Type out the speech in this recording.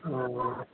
हाँ